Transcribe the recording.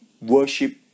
worship